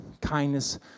kindness